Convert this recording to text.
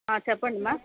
చెప్పండి మ్యామ్